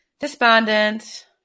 despondent